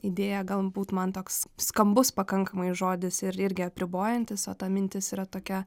idėja galbūt man toks skambus pakankamai žodis ir irgi apribojantis o ta mintis yra tokia